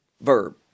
verb